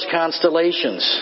constellations